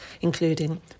including